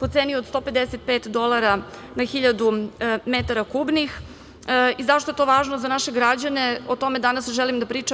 po ceni od 155 dolara na 1.000 metara kubnih i zašto je to važno za naše građane o tome danas želim da pričam.